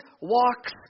walks